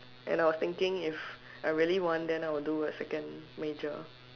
and I was thinking if I really want then I'll do a second major